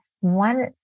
one